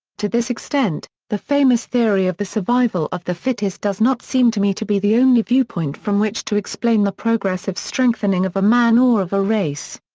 to this extent, the famous theory of the survival of the fittest does not seem to me to be the only viewpoint from which to explain the progress of strengthening of a man or of a race.